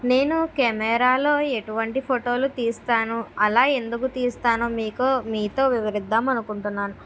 నేను కెమెరా లో ఎటువంటి ఫోటోలు తీస్తాను అలా ఎందుకు తీస్తాను మీకో మీతో వివరిద్దామనుకుంటున్నాను